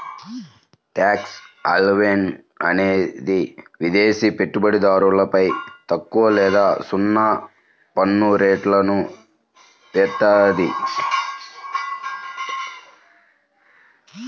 tax haven అనేది విదేశి పెట్టుబడిదారులపై తక్కువ లేదా సున్నా పన్నురేట్లను ఏత్తాది